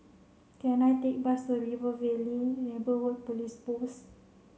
can I take a bus to River Valley Neighbourhood Police Post